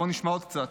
בוא נשמע עוד קצת.